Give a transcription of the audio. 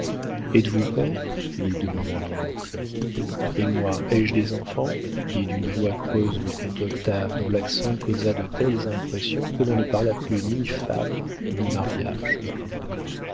êtes-vous père lui demanda mon oncle et moi ai-je des enfants dit d'une voix creuse le comte octave dont l'accent causa de telles impressions que l'on ne parla plus ni femmes ni mariage